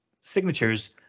signatures